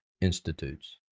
institutes